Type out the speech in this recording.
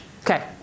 okay